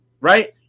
Right